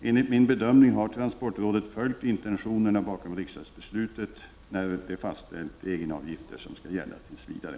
Enligt min bedömning har transportrådet följt intentionerna bakom riksdagsbeslutet när de fastställde de egenavgifter som skall gälla tills vidare.